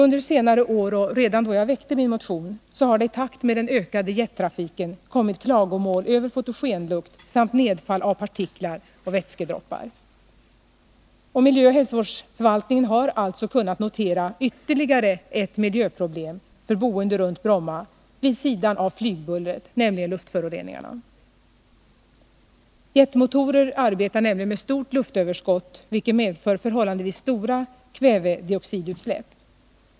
Under senare år — och redan då jag väckte min motion — har det i takt med den ökade jettrafiken kommit klagomål över fotogenlukt samt nedfall av partiklar och vätskedroppar. Miljöoch hälsovårdsförvaltningen har alltså kunna notera ytterligare ett miljöproblem för boende runt Bromma vid sidan av flygbullret, nämligen luftföroreningar. Jetmotorer arbetar nämligen med stort luftöverskott, vilket medför förhållandevis stora kvävedioxidutsläpp.